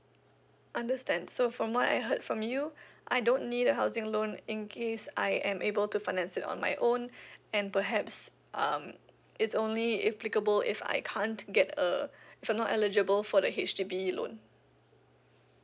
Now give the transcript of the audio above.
understand so from what I heard from you I don't need a housing loan in case I am able to finance it on my own and perhaps um it's only applicable if I can't get a if I'm not eligible for the H_D_B loan